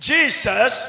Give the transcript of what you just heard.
Jesus